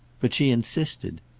but she insisted.